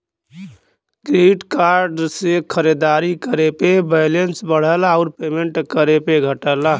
credit card से खरीदारी करे पे बैलेंस बढ़ला आउर पेमेंट करे पे घटला